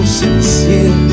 sincere